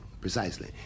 Precisely